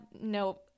no